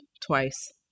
twice